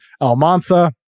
Almanza